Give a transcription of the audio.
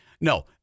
No